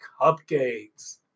Cupcakes